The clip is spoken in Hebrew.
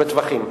המטווחים.